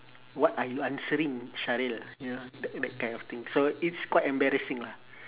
what are you answering sharil you know that that kind of thing so it's quite embarrassing lah